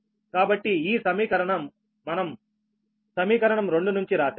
కాబట్టి ఈ సమీకరణము మనం సమీకరణం రెండు నుంచి రాశాము